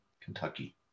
Kentucky